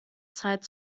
zeit